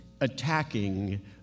attacking